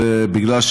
ובגלל,